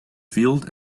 field